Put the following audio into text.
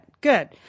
good